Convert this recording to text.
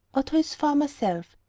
or to his former self.